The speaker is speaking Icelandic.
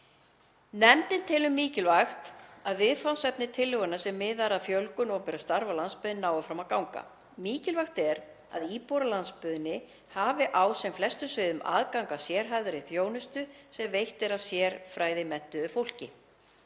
Nefndin telur mikilvægt að viðfangsefni tillögunnar, sem miðar að fjölgun opinberra starfa á landsbyggðinni, nái fram að ganga. Mikilvægt er að íbúar á landsbyggðinni hafi á sem flestum sviðum aðgang að sérhæfðri þjónustu sem veitt er af sérfræðimenntuðu fólki.